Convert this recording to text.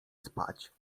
spać